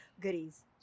goodies